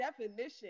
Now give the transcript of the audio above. definition